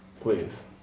Please